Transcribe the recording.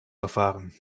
verfahren